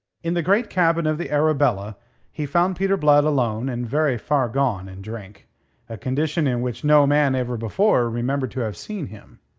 in the great cabin of the arabella he found peter blood alone and very far gone in drink a condition in which no man ever before remembered to have seen him.